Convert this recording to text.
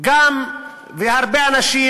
וגם הרבה אנשים,